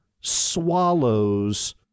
swallows